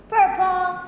Purple